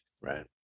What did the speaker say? Right